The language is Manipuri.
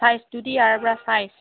ꯁꯥꯏꯖꯇꯨꯗꯤ ꯌꯥꯔꯕ꯭ꯔꯥ ꯁꯥꯏꯖ